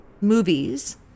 movies